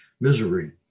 misery